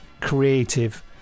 creative